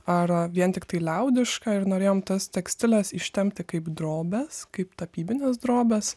ar vien tiktai liaudišką ir norėjom tas tekstiles ištempti kaip drobes kaip tapybines drobes